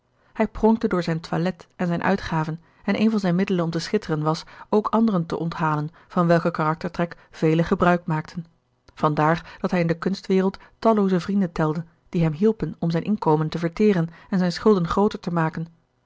hij pronkte door zijn toilet en zijne uitgaven en een van zijne middelen om te schitteren was ook anderen te onthalen van welke karaktertrek velen gebruik maakten van daar dat hij in de kunstwereld tallooze vrienden telde die hem hielpen om zijn inkomen te verteeren en zijne schulden grooter te maken